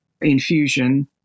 infusion